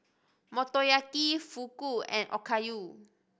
Motoyaki Fugu and Okayu